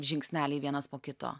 žingsneliai vienas po kito